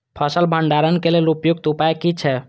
फसल भंडारण के लेल उपयुक्त उपाय कि छै?